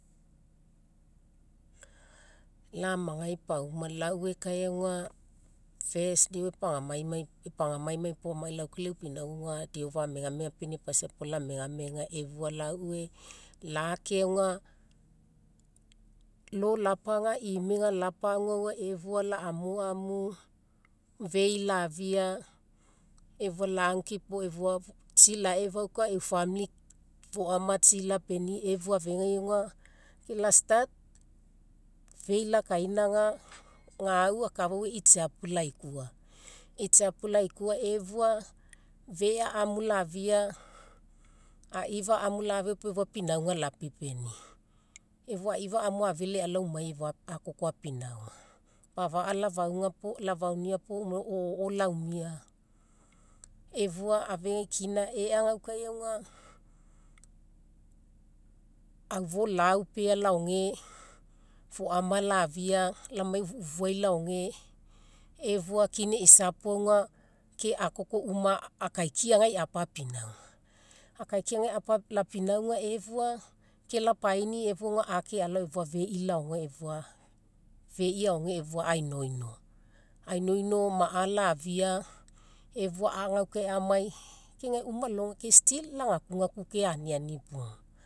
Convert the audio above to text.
Lau amagai pauma lauekai efua auga, first deo epagamaimai puo amai alao kai leu pinauga auga deo fa megamegapenia paisa puo lamegamega efua laue, lake auga lo'o lapaga imega lapaguaua efua la'amuamu fei lafia efua, efua lagukipo tsi laefauka efua, e'u famili tai foama tsi lapeniii efua auga, ke la start fei lakainaga, gau akafau e'i tsiapu laikua. E'i tsiapu laikua efua. fea amu lafia aifa amu lafiopui efua pinauga lapipenii. Efua aifa amu afii efua lai alao umai efua akoko apinauga. Afa'a lafaunia puo o'o la'umia efua afegai kina eagaukae auga, aufo laupea laoge, foama lafia lamai ufuai laoge efua kina eisapu auga ke akoko uma akaikiagai apa apinauga. Akaikiagai lapinauga efua ke lapainii efua ake alao efua feii laoge efua, feii aoge efua ainoino. Ainoino ma'a lafia efua agaukae amai ke gae uma alogai ke still lagakugaku ke aniani pugu.